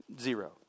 Zero